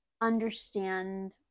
understand